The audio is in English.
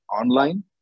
online